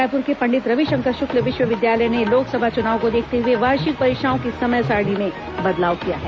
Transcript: रायपुर के पंडित रविशंकर शुक्ल विश्वविद्यालय ने लोकसभा चुनाव को देखते हुए वार्षिक परीक्षाओं की समय सारिणी में बदलाव किया है